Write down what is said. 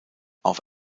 auf